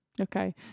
Okay